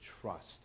trust